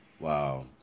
Wow